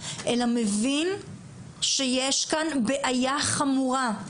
אלא מבין שיש כאן בעיה חמורה,